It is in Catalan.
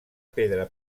pedra